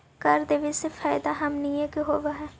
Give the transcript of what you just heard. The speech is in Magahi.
कर देबे से फैदा हमनीय के होब हई